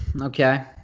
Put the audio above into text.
Okay